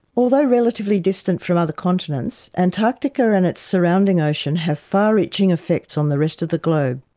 although relatively distant from other continents, antarctica and its surrounding ocean have far reaching effects on the rest of the globe.